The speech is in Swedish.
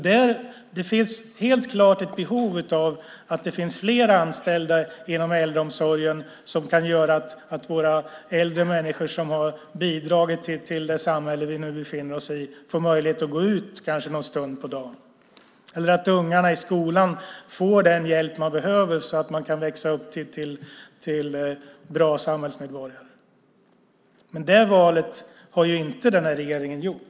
Det finns helt klart behov av att det finns fler anställda inom äldreomsorgen, som kan göra så att äldre människor som har bidragit till det samhälle vi nu befinner oss i får möjlighet att gå ut en stund på dagen, eller att ungarna i skolan får den hjälp de behöver så att de kan växa upp till bra samhällsmedborgare. Det valet har inte den här regeringen gjort.